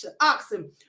oxen